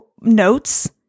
notes